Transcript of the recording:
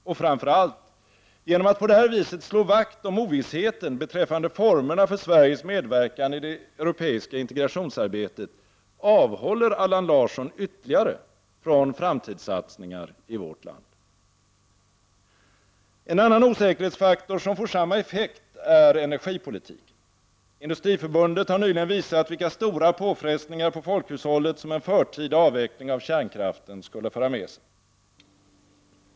Och framför allt: Genom att på det här viset slå vakt om ovissheten beträffande formerna för Sveriges medverkan i det europeiska integrationsarbetet avskräcker Allan Larsson ytterligare från framtidssatsningar i vårt land. En annan osäkerhetsfaktor som får samma effekt är energipolitiken. Industriförbundet har nyligen visat vilka stora påfrestningar på folkhushållet som en förtida avveckling av kärnkraften skulle föra med sig.